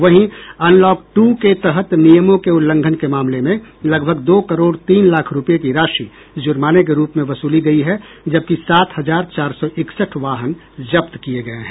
वहीं unlock two के तहत नियमों के उल्लंघन के मामले में लगभग दो करोड़ तीन लाख रूपये की राशि जुर्माने के रूप में वसूली गयी है जबकि सात हजार चार सौ इकसठ वाहन जब्त किये गये हैं